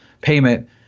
payment